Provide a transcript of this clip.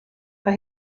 mae